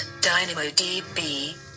DynamoDB